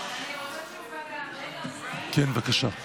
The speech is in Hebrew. כן, בבקשה.